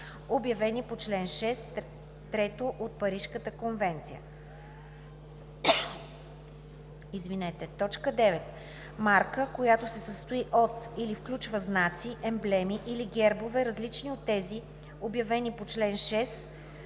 обявени по чл. 6, трето от Парижката конвенция; 9. марка, която се състои от или включва знаци, емблеми или гербове, различни от тези, обявени по чл. 6, трето от Парижката конвенция,